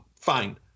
fine